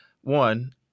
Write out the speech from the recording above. one